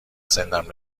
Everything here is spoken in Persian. سنم